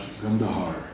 Gandhar